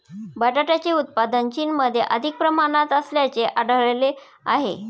बटाट्याचे उत्पादन चीनमध्ये अधिक प्रमाणात असल्याचे आढळले आहे